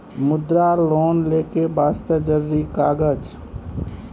मुद्रा लोन लेके वास्ते जरुरी कागज?